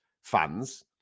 fans